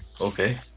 Okay